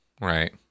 Right